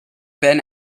ben